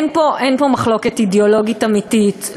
אין פה מחלוקת אידיאולוגית אמיתית,